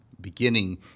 beginning